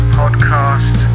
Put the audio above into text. podcast